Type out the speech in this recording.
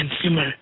consumer